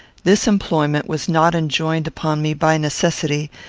this employment was not enjoined upon me by necessity,